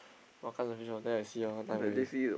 then I see lor what time already